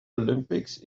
olympics